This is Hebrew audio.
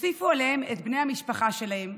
תוסיפו עליהם את בני המשפחה שלהם,